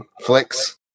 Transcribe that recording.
Flicks